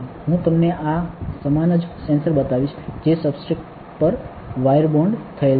હું તમને આ સમાન જ સેન્સર બતાવીશ જે સબસ્ટ્રેટ પર વાયર બોન્ડ થયેલ છે